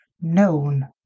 known